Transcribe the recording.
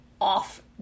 off